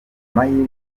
mahirwe